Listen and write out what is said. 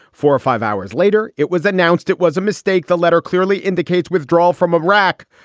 four or five hours later, it was announced it was a mistake. the letter clearly indicates withdrawal from iraq.